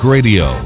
Radio